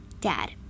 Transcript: Dad